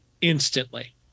instantly